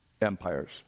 empires